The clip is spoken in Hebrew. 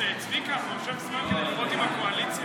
צביקה, אתה מושך זמן כדי לראות אם הקואליציה,